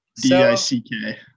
D-I-C-K